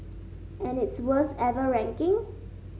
and its worst ever ranking